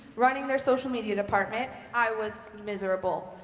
running their social media department, i was miserable.